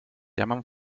llaman